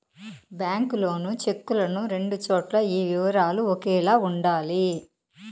bank loan చెక్కులను రెండు చోట్ల ఈ వివరాలు ఒకేలా ఉండాలి